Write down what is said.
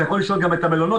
אתה יכול לשאול גם את המלונות,